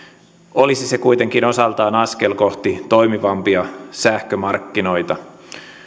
olisi se kuitenkin osaltaan askel kohti toimivampia sähkömarkkinoita